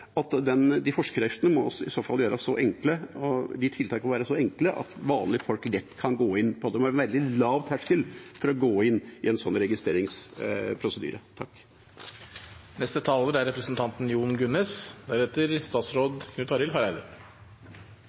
at forskriftene og tiltakene i så fall må være så enkle at vanlige folk lett kan gå inn på dem. Det må være veldig lav terskel for å gå inn i registreringsprosedyren. Øvelseskjøring i Norge i det hele tatt gjøres på en